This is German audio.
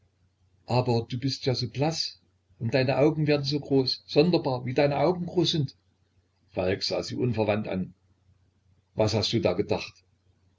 aber du bist ja so blaß und deine augen werden so groß sonderbar wie deine augen groß sind falk sah sie unverwandt an was hast du da gedacht